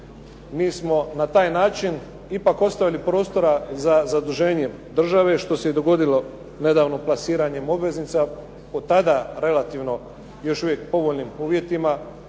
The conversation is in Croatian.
mi smo na taj način ipak ostavili prostora za zaduženje države, što se i dogodilo nedavno plasiranjem obveznica od tada relativno još uvijek povoljnim uvjetima,